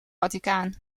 vaticaan